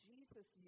Jesus